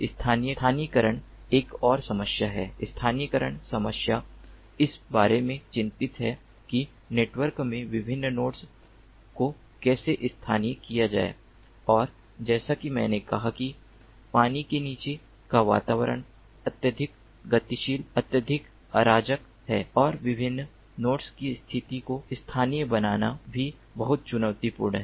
स्थानीयकरण एक और समस्या है स्थानीयकरण समस्या इस बारे में चिंतित है कि नेटवर्क में विभिन्न नोड्स को कैसे स्थानीय किया जाए और जैसा कि मैंने कहा कि पानी के नीचे का वातावरण अत्यधिक गतिशील अत्यधिक अराजक है और विभिन्न नोड्स की स्थिति को स्थानीय बनाना भी बहुत चुनौतीपूर्ण है